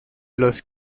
los